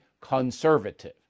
conservative